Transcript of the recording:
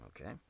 okay